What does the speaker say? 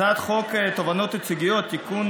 הצעת חוק תובענות ייצוגיות (תיקון,